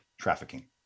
trafficking